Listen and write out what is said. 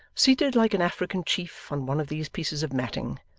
seated, like an african chief, on one of these pieces of matting,